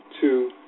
two